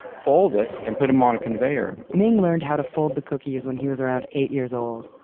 fold it and put them on a conveyor ming learned how to fold the cookies when he was around eight years old.